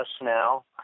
now